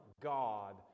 God